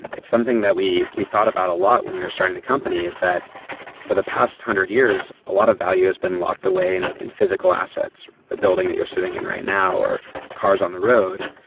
it's something that we we thought about a lot when we're starting the company, is that for the past hundred years, a lot of value has been locked away in in physical assets. the building and you're sitting in right now, or cars on the road.